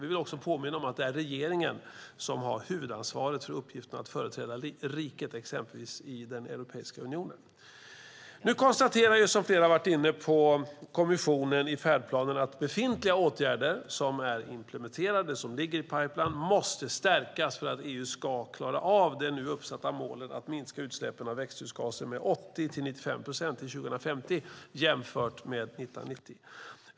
Vi vill också påminna om att det är regeringen som har huvudansvaret för uppgiften att exempelvis i Europeiska unionen företräda riket. Som flera varit inne på konstaterar kommissionen i färdplanen att befintliga åtgärder - åtgärder som är implementerade och som ligger i pipelinen - måste stärkas för att EU ska klara av de nu uppsatta målen om att minska utsläppen av växthusgaser med 80-95 procent till år 2050 jämfört med år 1990.